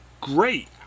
Great